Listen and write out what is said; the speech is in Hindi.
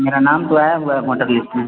मेरा नाम दुआया हुआ है वोटर लिस्ट में